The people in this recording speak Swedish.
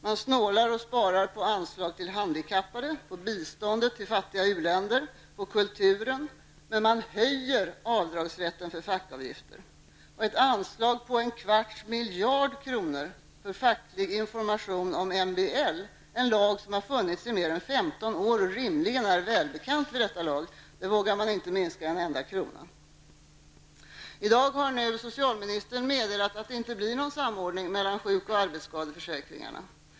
Man snålar och sparar på anslag till handikappade, på biståndet till fattiga u-länder pch på kulturen, men man vidgar avdragsrätten för fackavgifter. Och ett anslag på en kvarts miljard kronor för facklig information om MBL, en lag som funnits i mer än 15 år och rimligen är välkänd nu, det vågar man inte minska med en enda krona. I dag har socialministern meddelat att det inte blir någon samordning mellan sjukförsäkringen och arbetsskadeförsäkringen.